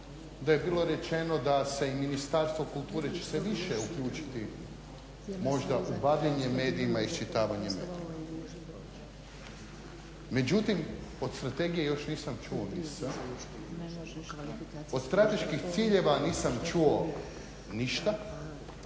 da je bilo rečeno da će i Ministarstvo kulture se više uključiti možda u bavljenje medijima i iščitavanje medija. Međutim od strategije još nisam čuo ni s, od strateških ciljeva nisam čuo ništa.